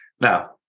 Now